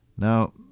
Now